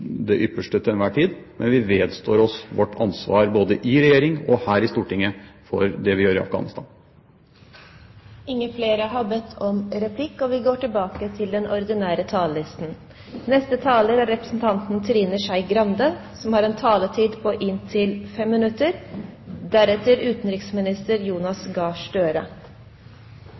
det ypperste til enhver tid, men vi vedstår oss vårt ansvar, både i regjering og her i Stortinget, for det vi gjør i Afghanistan. Replikkordskiftet er omme. Venstre støtter også hovedtrekkene i statsrådens redegjørelse om de utfordringene vi ser framover når det gjelder vår tilstedeværelse i Afghanistan. Vi er